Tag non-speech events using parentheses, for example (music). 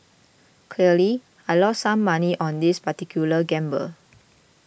(unintelligible) I lost some money on this particular gamble